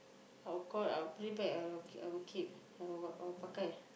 of course I will pray back I will I will keep I will pakai